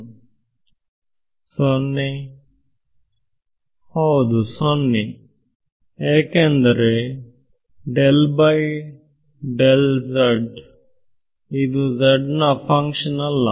ವಿದ್ಯಾರ್ಥಿ 0 0 ಏನು ಮಾಡಬೇಕೆಂದಿಲ್ಲಏಕೆಂದರೆ ಇದು z ನ ಫಂಕ್ಷನ್ ಅಲ್ಲ